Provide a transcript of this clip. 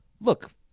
look